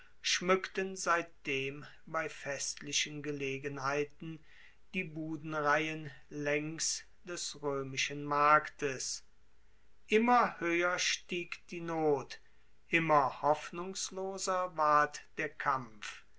schmueckten seitdem bei festlichen gelegenheiten die budenreihen laengs des roemischen marktes immer hoeher stieg die not immer hoffnungsloser ward der kampf